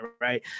right